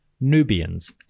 Nubians